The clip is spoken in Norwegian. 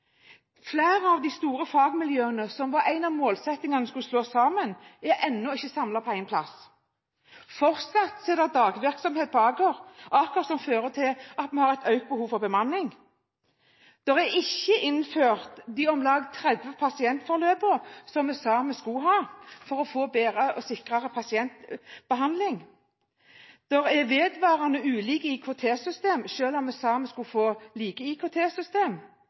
Flere av de store fagmiljøene som skulle slås sammen – det var en av målsettingene – er ennå ikke samlet på en plass. Fortsatt er det dagvirksomhet på Aker, og Aker fører til at vi har et økt behov for bemanning. Det er ikke innført de om lag 30 pasientforløpene vi sa vi skulle ha for å få bedre og sikrere pasientbehandling. Det er vedvarende ulike IKT-systemer, selv om vi sa vi skulle få like